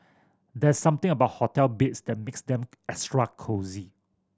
there's something about hotel beds that makes them extra cosy